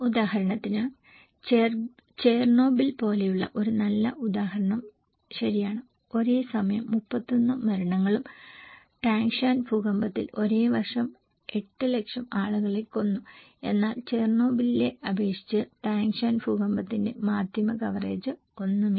ഉദാഹരണത്തിന് ചെർണോബിൽ പോലെയുള്ള ഒരു നല്ല ഉദാഹരണം ശരിയാണ് ഒരേ സമയം 31 മരണങ്ങളും ടാങ്ഷാൻ ഭൂകമ്പത്തിൽ ഒരേ വർഷം 800000 ആളുകളെ കൊന്നു എന്നാൽ ചെർണോബിലിനെ അപേക്ഷിച്ച് താങ്ഷാൻ ഭൂകമ്പത്തിന്റെ മാധ്യമ കവറേജ് ഒന്നുമില്ല